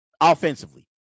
offensively